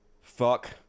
fuck